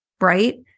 right